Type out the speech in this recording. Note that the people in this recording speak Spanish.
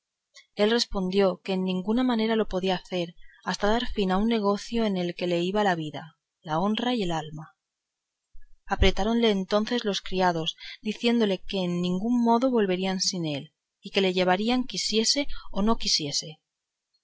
él respondió que en ninguna manera lo podía hacer hasta dar fin a un negocio en que le iba la vida la honra y el alma apretáronle entonces los criados diciéndole que en ningún modo volverían sin él y que le llevarían quisiese o no quisiese